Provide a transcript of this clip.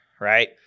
right